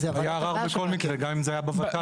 היה ערר בכל מקרה, גם אם זה היה בות"ל.